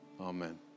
amen